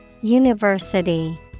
university